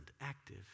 active